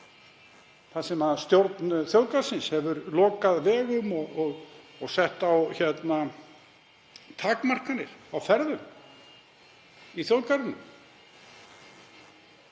þar sem stjórn þjóðgarðsins hefur lokað vegum og sett takmarkanir á ferðir í þjóðgarðinum.